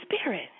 Spirit